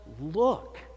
look